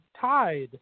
tied